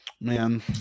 man